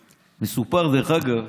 מסופר, דרך אגב,